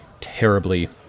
terribly